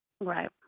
Right